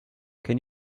can